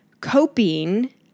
coping